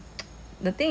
oh